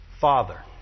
Father